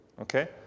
Okay